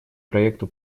проекту